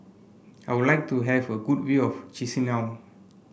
I would like to have a good view of Chisinau